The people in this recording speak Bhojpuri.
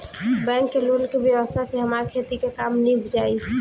बैंक के लोन के व्यवस्था से हमार खेती के काम नीभ जाई